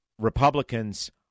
Republicans